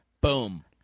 boom